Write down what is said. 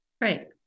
Right